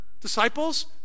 disciples